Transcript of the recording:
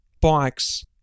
Bikes